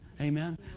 Amen